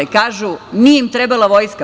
Kažu - nije im trebala vojska.